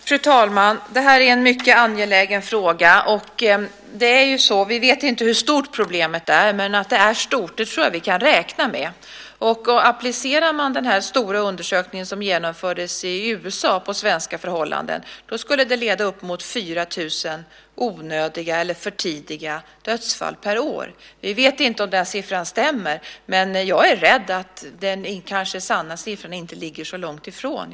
Fru talman! Det här är en mycket angelägen fråga. Vi vet ju inte hur stort problemet är, men att det är stort tror jag att vi kan räkna med. Om man applicerar den stora undersökning som genomfördes i USA på svenska förhållanden skulle det leda till att vi har upp emot 4 000 onödiga eller för tidiga dödsfall per år. Vi vet inte om den siffran stämmer, men jag är rädd för att de faktiska siffrorna inte ligger så långt ifrån.